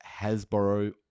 Hasbro